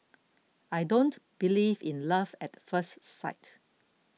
I don't believe in love at first sight